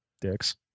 dicks